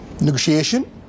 negotiation